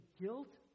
guilt